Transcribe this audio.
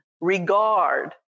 regard